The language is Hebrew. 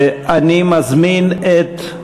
אני מזמין את,